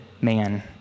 man